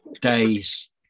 days